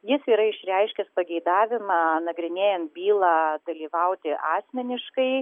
jis yra išreiškęs pageidavimą nagrinėjant bylą dalyvauti asmeniškai